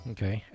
Okay